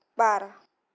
बार